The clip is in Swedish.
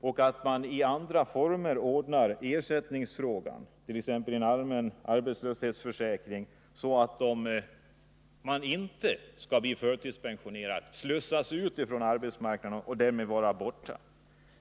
och där man i andra former ordnar ersättningsfrågan, t.ex. genom en allmän arbetslöshetsförsäkring, så att människor inte blir förtidspensionerade eller slussas ut från arbetsmarknaden och därmed är borta.